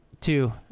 Two